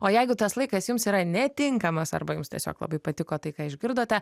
o jeigu tas laikas jums yra netinkamas arba jums tiesiog labai patiko tai ką išgirdote